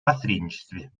посредничестве